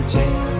Take